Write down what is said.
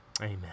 Amen